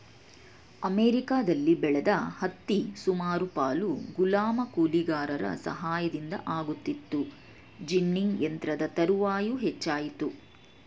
ಅಮೆರಿಕದಲ್ಲಿ ಬೆಳೆದ ಹತ್ತಿ ಸುಮಾರು ಪಾಲು ಗುಲಾಮ ಕೂಲಿಗಾರರ ಸಹಾಯದಿಂದ ಆಗುತ್ತಿತ್ತು ಜಿನ್ನಿಂಗ್ ಯಂತ್ರದ ತರುವಾಯ ಹೆಚ್ಚಾಯಿತು